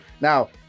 Now